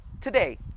today